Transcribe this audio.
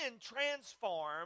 transform